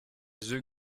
the